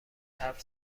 حرف